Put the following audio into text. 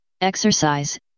exercise